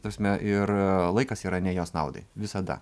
ta prasme ir laikas yra ne jos naudai visada